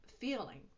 feeling